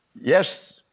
Yes